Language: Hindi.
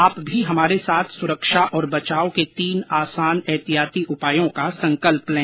आप भी हमारे साथ सुरक्षा और बचाव के तीन आसान एहतियाती उपायों का संकल्प लें